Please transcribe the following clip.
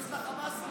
בגיוס לחמאס, אולי.